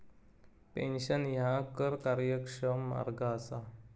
pension ह्या कर कार्यक्षम मार्ग असा